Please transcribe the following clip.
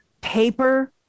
paper